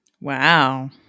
Wow